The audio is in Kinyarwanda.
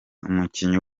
umukinnyi